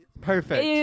Perfect